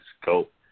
scope